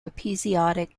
episodic